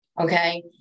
okay